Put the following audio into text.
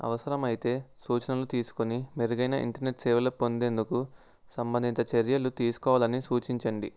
అవసరమయితే సూచనలు తీసుకొని మెరుగైన ఇంటర్నెట్ సేవల పొందేందుకు సంబంధిత చర్యలు తీసుకోవాలని సూచించండి